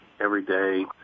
everyday